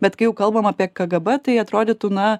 bet kai jau kalbam apie kgb tai atrodytų na